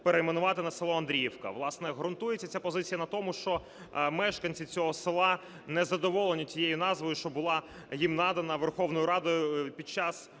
перейменувати на село Андріївка. Власне, ґрунтується ця позиція на тому, що мешканці цього села не задоволені тією назвою, що була їм надана Верховною Радою під час